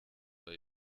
bei